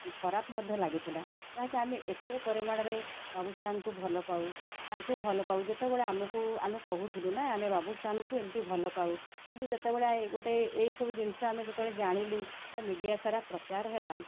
ଖରାପ ମଧ୍ୟ ଲାଗିଥିଲା ଯାହାକି ଆମେ ଏତେ ପରିମାଣରେ ବାବୁଶାନଙ୍କୁ ଭଲ ପାଉ ତାଙ୍କୁ ଭଲ ଆଉ ଯେତେବେଳେ ଆମକୁ ଆମେ କହୁଥିଲୁ ନା ଆମେ ବାବୁଶାନଙ୍କୁ ଏମିତି ଭଲପାଉ କିନ୍ତୁ ଯେତେବେଳେ ଏ ଗୋଟେ ଏଇ ସବୁ ଜିନିଷ ଆମେ ଯେତେବେଳେ ଜାଣିଲୁ ବା ମିଡ଼ିଆ ସାରା ପ୍ରଚାର ହେଲା